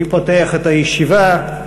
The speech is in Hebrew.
אני פותח את הישיבה.